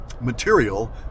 material